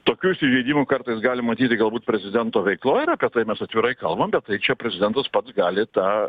tokių įsižeidimų kartais galim matyti galbūt prezidento veikloj ir apie tai mes atvirai kalbam bet tai čia prezidentas pats gali tą